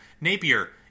Napier